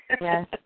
Yes